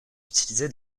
utilisé